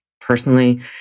personally